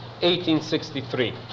1863